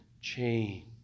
change